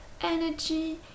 energy